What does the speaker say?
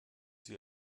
sie